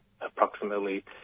approximately